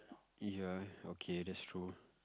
ya okay that's true